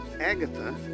Agatha